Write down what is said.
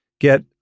get